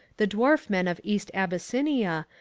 the dwarf men of east abyssinia,